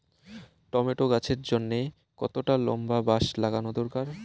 Tomato গাছের জন্যে কতটা লম্বা বাস লাগানো দরকার?